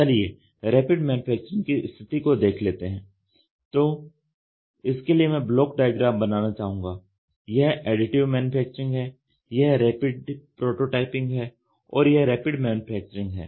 चलिए rapid manufacturing की स्थिति को देख लेते हैं तो इसके लिए मैं ब्लॉक डायग्राम बनाना चाहूंगा यह एडिटिव मैन्युफैक्चरिंग है यह रैपिड प्रोटोटाइपिंग है और यह रैपिड मैन्युफैक्चरिंग है